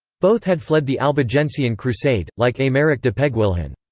both had fled the albigensian crusade, like aimeric de peguilhan.